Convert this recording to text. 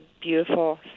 beautiful